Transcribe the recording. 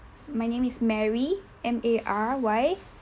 my name is mary M A R Y